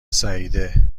سعیده